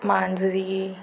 मांजरी